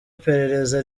iperereza